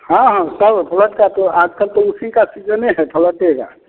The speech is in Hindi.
हाँ हाँ सब फ़्लैट का तो आज कल तो उसी का सीजने है फ़्लैटे का